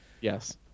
Yes